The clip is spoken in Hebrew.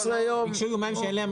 רגילים.